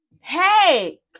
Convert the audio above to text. Hey